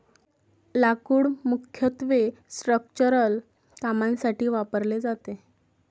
लाकूड मुख्यत्वे स्ट्रक्चरल कामांसाठी वापरले जाते